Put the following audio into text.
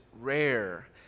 rare